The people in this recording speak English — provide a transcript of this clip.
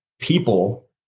people